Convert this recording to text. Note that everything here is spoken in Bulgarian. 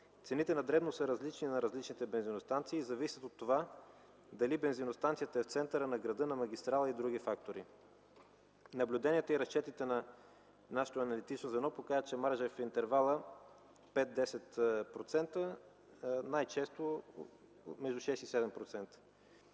Цените на дребно се различни на различните бензиностанции и зависи от това дали бензиностанцията е в центъра на града, на магистрала, влияят и други фактори. Наблюденията и разчетите на нашето аналитично звено показват, че маржът е в интервал 5-10%, най-често между 6 и 7%.